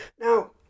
Now